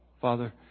Father